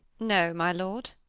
no, my lord.